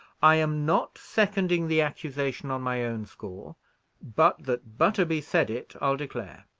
i am not seconding the accusation on my own score but, that butterby said it i'll declare.